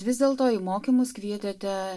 vis dėlto į mokymus kvietėte